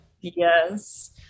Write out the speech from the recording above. Yes